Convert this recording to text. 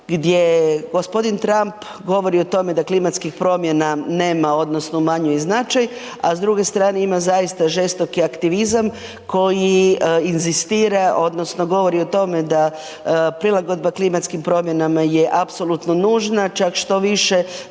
gdje je g. Trump govori o tome da klimatskih promjena nema, odnosno umanjuje im značaj, a s druge strane ima zaista žestoki aktivizam koji inzistira odnosno govori o tome da prilagodba klimatskim promjenama je apsolutno nužna, čak štoviše